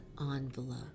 envelope